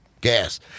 gas